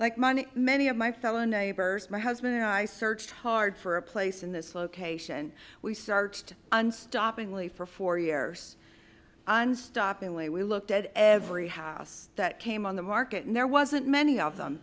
like money many of my fellow neighbors my husband and i searched hard for a place in this location we start on stopping only for four years on stopping way we looked at every house that came on the market and there wasn't many